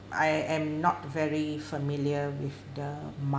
I am not very familiar with the